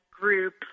group